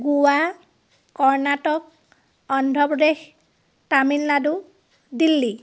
Goa Karnataka Andhra Pradesh Tamil Nadu Delhi